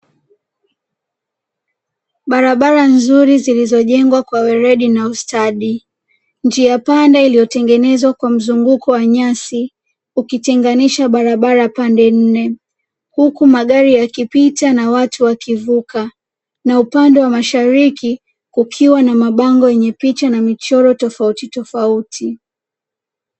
Barabara nzuri zilizojengwa kwa weledi na ustadi, njia panda iliyotengenezwa kwa mzunguko wa nyasi ukitenganisha barabara pande nne, huku magari yakipita na watu wakivuka, na upande wa mashariki kukiwa na mabango yenye picha na michoro tofautitofauti.